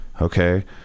Okay